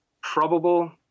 probable